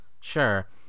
Sure